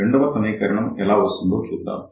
రెండవ సమీకరణం ఎలా వస్తుందో చూద్దాం